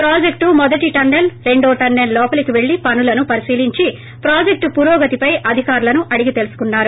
ప్రాజెక్ష్ మొదటి టన్సెల్ రెండో టన్సెల్ లోపలికి పెల్లి పనులను పరిశీలించి ప్రాజెక్ట్ పురోగతిపై అధికారులను అడిగి తెలుసుకున్నారు